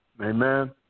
Amen